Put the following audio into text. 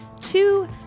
two